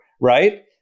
right